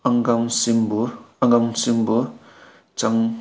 ꯑꯉꯥꯡꯁꯤꯡꯕꯨ ꯑꯉꯥꯡꯁꯤꯡꯕꯨ ꯆꯥꯡ